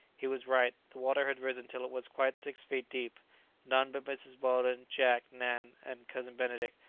he was right the water had risen till it was quite six feet deep none but mrs. weldon, jack, nan, and cousin benedict,